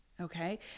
okay